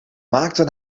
maakten